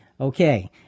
Okay